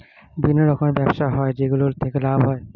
বিভিন্ন রকমের ব্যবসা হয় যেগুলো থেকে লাভ হয়